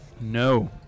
No